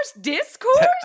Discourse